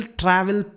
travel